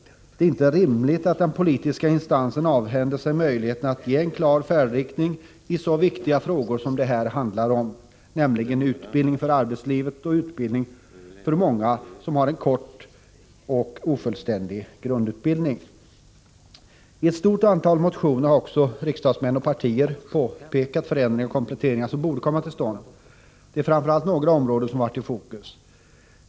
Det är inte rimligt att den politiska instansen avhänder sig möjligheten att peka ut en klar färdriktning i så viktiga frågor som det här handlar om, nämligen utbildning för arbetslivet och utbildning för många som har en kort och ofullständig grundutbildning. I ett ganska stort antal motioner har också riksdagsmän och partier pekat på förändringar och kompletteringar som borde komma till stånd. Det är framför allt några områden som har kommit i fokus.